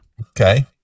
Okay